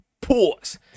Pause